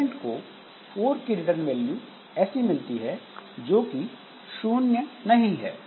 parent को fork की return value ऐसी मिलती है जो कि 0 नहीं है